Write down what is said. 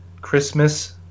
christmas